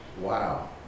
Wow